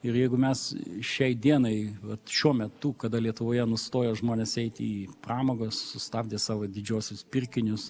ir jeigu mes šiai dienai vat šiuo metu kada lietuvoje nustojo žmonės eiti į pramogas sustabdė savo didžiuosius pirkinius